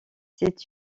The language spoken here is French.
c’est